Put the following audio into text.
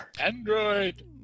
Android